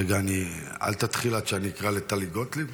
רגע, אל תתחיל עד שאני אקרא לטלי גוטליב,